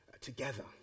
together